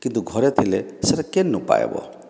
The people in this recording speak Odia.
କିନ୍ତୁ ଘରେ ଥିଲେ ସେଇଟା କେନୁ ପାଇବ